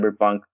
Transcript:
cyberpunk